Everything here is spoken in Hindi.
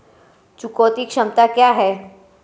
चुकौती क्षमता क्या है?